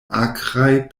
akraj